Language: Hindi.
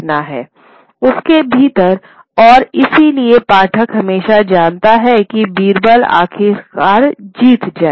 उसके भीतर और इसलिए पाठक हमेशा जानता है कि बीरबल आखिरकार जीत जायेगा